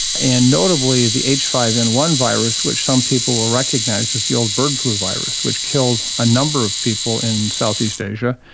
and notably the h five n one virus which some people will recognise as the old bird flu virus which killed a number of people in southeast asia,